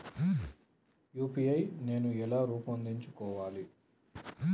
UPI నేను ఎలా రూపొందించుకోవాలి?